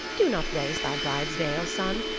do not raise thy bride's veil, son.